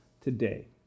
today